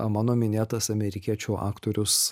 mano minėtas amerikiečių aktorius